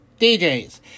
DJs